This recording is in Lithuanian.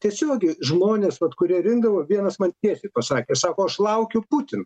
tiesiogiai žmonės vat kurie rinkdavo vienas man tiesiai pasakė sako aš laukiu putino